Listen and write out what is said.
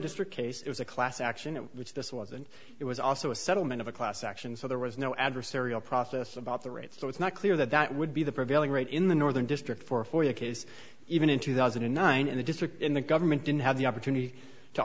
district case it was a class action which this was and it was also a settlement of a class action so there was no adversarial process about the rate so it's not clear that that would be the prevailing rate in the northern district for for the case even in two thousand and nine and the district in the government didn't have the opportunity to